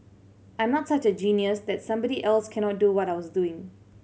I'm not such a genius that somebody else cannot do what I was doing